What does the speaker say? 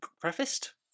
prefaced